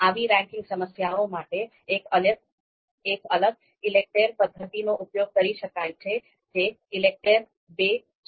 આવી રેન્કિંગ સમસ્યાઓ માટે એક અલગ ઈલેકટેર પદ્ધતિનો ઉપયોગ કરી શકાય છે જે ઈલેકટેર II છે